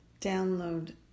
download